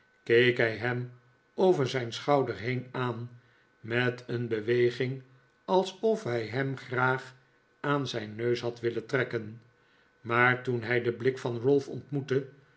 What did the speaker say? keek hij hem over zijn schouder heen aan met een beweging alsof hij hem graag aan zijn neus had willen trekken maar toen hij den blik van ralph ontmoette